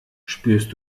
spürst